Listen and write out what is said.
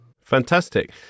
Fantastic